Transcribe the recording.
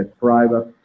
private